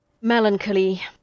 melancholy